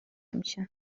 میشن